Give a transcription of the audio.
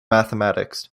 mathematics